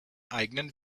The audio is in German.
eigenen